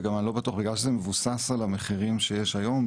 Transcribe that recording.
ואני גם לא בטוח בגלל שזה מבוסס על המחירים שיש היום,